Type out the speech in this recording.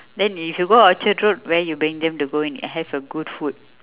then if you go orchard-road where you bring them to go and have a good food